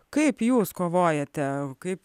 kaip jūs kovojate kaip